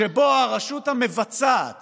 שבו הרשות המבצעת